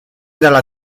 dalla